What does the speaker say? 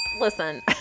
Listen